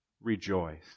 Rejoice